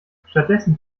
stattdessen